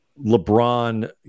LeBron